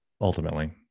ultimately